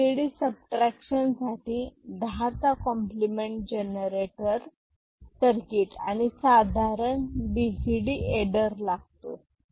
BCD subtraction साठी 10चा complement generator circuit आणि साधारण बीसीडी एडर लागतो